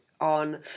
on